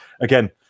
Again